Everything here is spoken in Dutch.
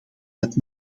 dat